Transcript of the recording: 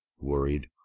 worried